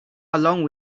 along